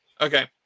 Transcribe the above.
Okay